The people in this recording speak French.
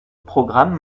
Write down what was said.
programme